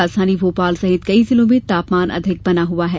राजधानी भोपाल सहित कई जिलों में तापमान अधिक बना हुआ है